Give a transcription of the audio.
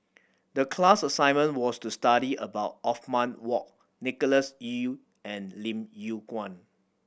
the class assignment was to study about Othman Wok Nicholas Ee and Lim Yew Kuan